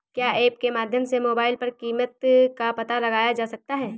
क्या ऐप के माध्यम से मोबाइल पर कीमत का पता लगाया जा सकता है?